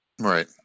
right